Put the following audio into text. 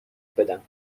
بدم